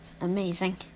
Amazing